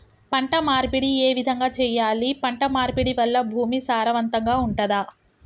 పంట మార్పిడి ఏ విధంగా చెయ్యాలి? పంట మార్పిడి వల్ల భూమి సారవంతంగా ఉంటదా?